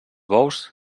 bous